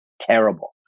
terrible